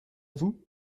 vous